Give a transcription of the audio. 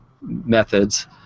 methods